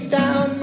down